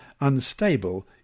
unstable